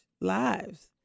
lives